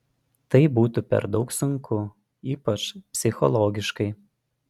tai būtų per daug sunku ypač psichologiškai